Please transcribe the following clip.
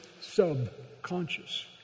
subconscious